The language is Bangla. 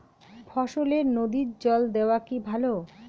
ফসলে নদীর জল দেওয়া কি ভাল?